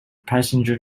passenger